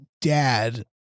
dad